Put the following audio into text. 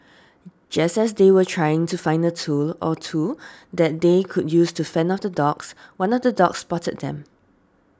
just as they were trying to find a tool or two that they could use to fend off the dogs one of the dogs spotted them